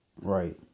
right